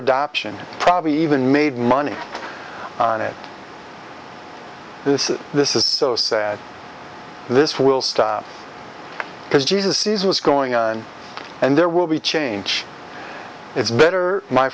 adoption probably even made money on it this is this is so sad this will stop because jesus sees what's going on and there will be change it's